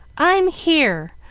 i'm here!